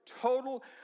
total